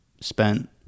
spent